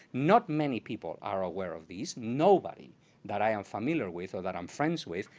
not many people are aware of these, nobody that i am familiar with, or that i'm friends with,